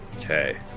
Okay